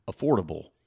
affordable